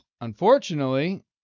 unfortunately